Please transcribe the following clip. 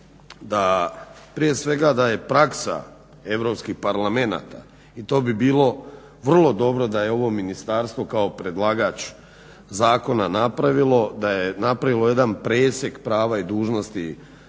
da prije svega da je praksa europskih parlamenata i to bi bilo vrlo dobro da je ovo ministarstvo kao predlagač zakona napravilo, da je napravilo jedan presjek prava i dužnosti